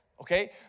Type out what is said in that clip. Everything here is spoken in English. Okay